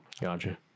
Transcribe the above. Gotcha